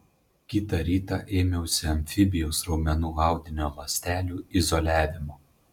kitą rytą ėmiausi amfibijos raumenų audinio ląstelių izoliavimo